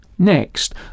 Next